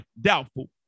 doubtful